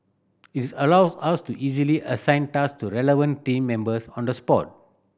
its allows us to easily assign tasks to relevant team members on the spot